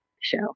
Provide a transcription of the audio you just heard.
show